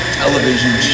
television